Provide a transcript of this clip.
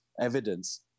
evidence